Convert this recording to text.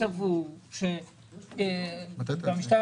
שעליה שאלת,